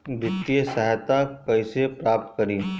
वित्तीय सहायता कइसे प्राप्त करी?